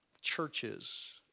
churches